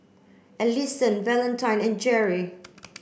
Ellison Valentine and Jerrie